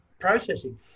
processing